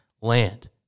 land